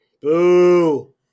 Boo